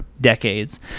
decades